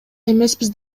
эмеспиз